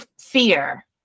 fear